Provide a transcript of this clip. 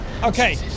Okay